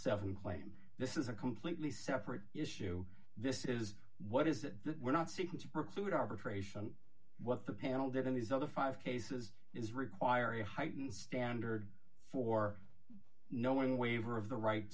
seven claim this is a completely separate issue this is what is that we're not seeking to preclude arbitration what the panel did in these other five cases is require a heightened standard for no one waiver of the right